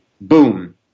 Boom